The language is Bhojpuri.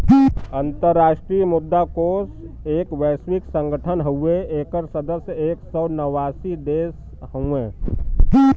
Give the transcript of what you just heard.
अंतराष्ट्रीय मुद्रा कोष एक वैश्विक संगठन हउवे एकर सदस्य एक सौ नवासी देश हउवे